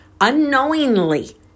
unknowingly